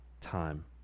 time